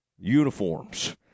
uniforms